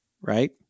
right